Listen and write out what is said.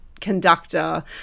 conductor